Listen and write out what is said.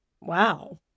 Wow